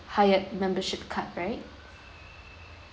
hyatt membership card right